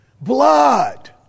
blood